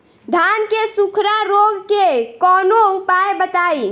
धान के सुखड़ा रोग के कौनोउपाय बताई?